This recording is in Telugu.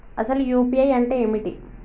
అసలు యూ.పీ.ఐ అంటే ఏమిటి?